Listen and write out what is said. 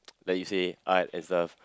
like you say art and stuff